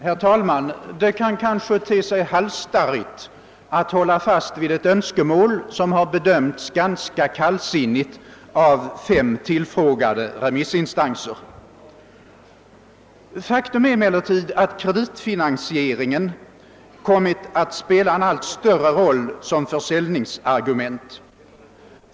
Herr talman! Det kan kanske te sig halsstarrigt att hålla fast vid ett önskemål som bedömts ganska kallsinnigt av fem tillfrågade remissinstanser. Faktum är emellertid att kreditvillkoren kommit att spela en allt större roll som försäljningsargument.